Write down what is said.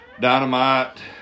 Dynamite